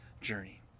journey